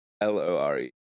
L-O-R-E